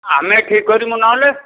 ଆମେ ଠିକ୍ କରିବୁ ନହେଲେ